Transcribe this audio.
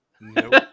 Nope